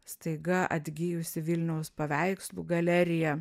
staiga atgijusi vilniaus paveikslų galerija